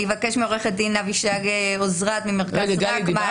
אני אבקש מעו"ד אבישג עוזרד ממרכז רקמן